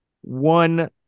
one